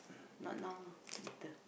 not now ah later